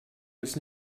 jetzt